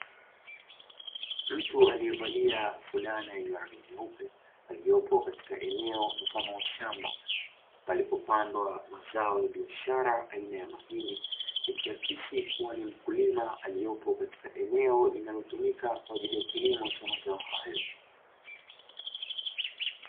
Mtu aliyevalia fulana yenye rangi nyeupe, aliyopo katika eneo mfano wa shamba, palipo pandwa mazao ya biashara aina ya mahindi, ikiakisi kuwa ni mkulima aliyopo katika eneo linalotumika kwa ajili ya kilimo cha mazao hayo.